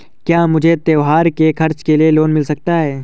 क्या मुझे त्योहार के खर्च के लिए लोन मिल सकता है?